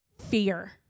fear